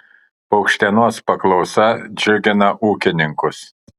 paukštienos paklausa džiugina ūkininkus